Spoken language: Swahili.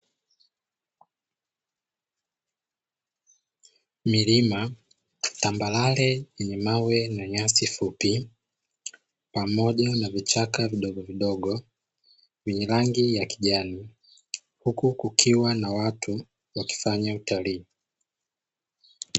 Milima tambarare yenye mawe na nyasi fupi pamoja na vichaka vidogovidogo vyenye rangi ya kijani, huku kukiwa na watu wakifanya utalii.